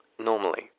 Normally